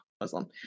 Muslim